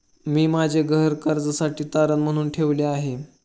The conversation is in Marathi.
मी माझे घर कर्जासाठी तारण म्हणून ठेवले आहे